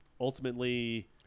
Ultimately